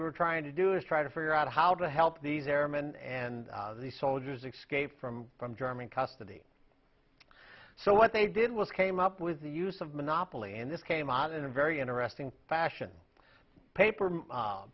were trying to do is try to figure out how to help these airmen and the soldiers xscape from from german custody so what they did was came up with the use of monopoly and this came out in a very interesting fashion paper